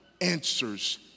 answers